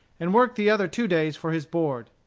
and work the other two days for his board.